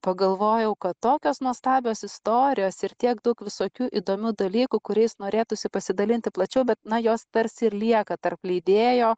pagalvojau kad tokios nuostabios istorijos ir tiek daug visokių įdomių dalykų kuriais norėtųsi pasidalinti plačiau bet na jos tarsi ir lieka tarp leidėjo